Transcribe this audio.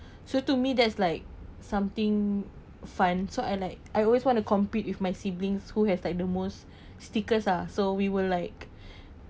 so to me that's like something fun so I like I always want to compete with my siblings who has like the most stickers ah so we will like